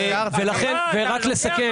רק לסכם,